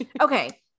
Okay